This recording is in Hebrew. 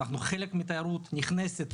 אנחנו חלק מתיירות נכנסת,